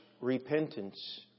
repentance